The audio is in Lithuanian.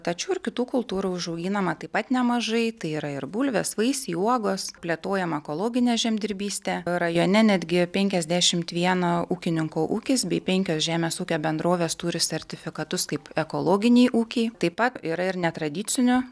tačiau ir kitų kultūrų užauginama taip pat nemažai tai yra ir bulvės vaisiai uogos plėtojama ekologinė žemdirbystė rajone netgi penkiasdešimt vieno ūkininko ūkis bei penkios žemės ūkio bendrovės turi sertifikatus kaip ekologiniai ūkiai taip pat yra ir netradicinių